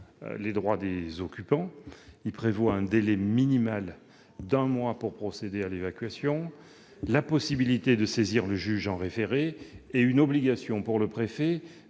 les droits des occupants, ce même article prévoit un délai minimal d'un mois pour procéder à l'évacuation, la possibilité de saisir le juge en référé et l'obligation du préfet